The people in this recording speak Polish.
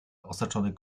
osaczony